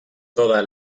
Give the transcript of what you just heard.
toda